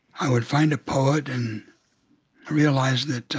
i would find a poet and realize that